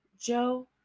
Joe